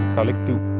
Collective